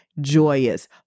joyous